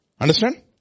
Understand